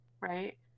right